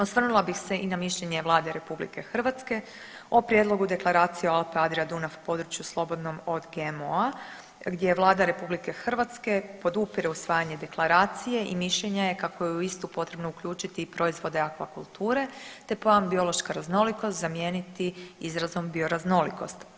Osvrnula bih se i na mišljenje Vlade RH o prijedlogu Deklaracije Alpe-Adria-Dunav o području slobodnom od GMO-a gdje Vlada RH podupire usvajanje deklaracije i mišljenja je kako je u istu potrebno uključiti i proizvode akvakulture te plan biološka raznolikost zamijeniti izrazom bioraznolikost.